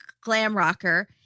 Glamrocker